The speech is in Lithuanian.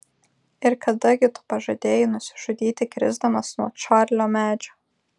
ir kada gi tu pažadėjai nusižudyti krisdamas nuo čarlio medžio